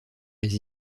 les